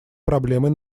проблемой